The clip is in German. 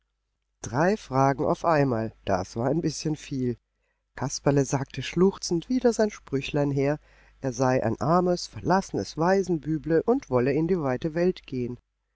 drei fragen auf einmal das war ein bißchen viel kasperle sagte schluchzend wieder sein sprüchlein her er sei ein armes verlassenes waisenbüble und wolle in die weite welt gehen